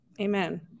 Amen